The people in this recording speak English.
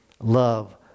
love